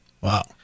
Wow